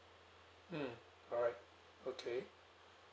mm alright okay